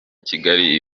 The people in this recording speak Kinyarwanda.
kigali